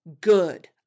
good